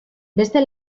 beste